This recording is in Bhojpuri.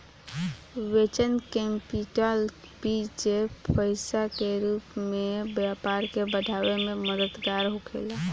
वेंचर कैपिटल बीज पईसा के रूप में व्यापार के बढ़ावे में मददगार होखेला